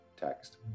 text